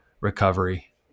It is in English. recovery